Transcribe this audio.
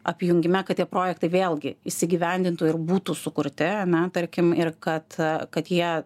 apjungime kad tie projektai vėlgi įsigyvendintų ir būtų sukurti ane tarkim ir kad kad jie